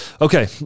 Okay